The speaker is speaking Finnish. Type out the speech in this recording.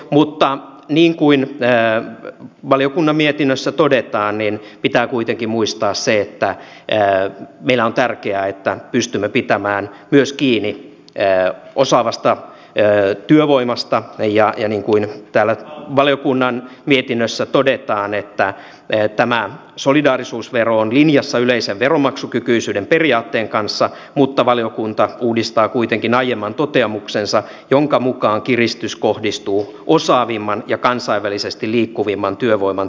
mutta niin kuin valiokunnan mietinnössä todetaan pitää kuitenkin muistaa se että meillä on tärkeää että pystymme pitämään myös kiinni osaavasta työvoimasta ja niin kuin täällä valiokunnan mietinnössä todetaan tämä solidaarisuusvero on linjassa yleisen veronmaksukykyisyyden periaatteen kanssa mutta valiokunta uudistaa kuitenkin aiemman toteamuksensa jonka mukaan kiristys kohdistuu osaavimman ja kansainvälisesti liikkuvimman työvoiman työn verotukseen